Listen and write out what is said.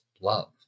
love